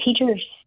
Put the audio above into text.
teachers